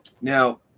Now